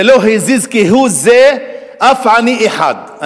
זה לא הזיז כהוא-זה אף עני אחד.